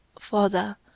father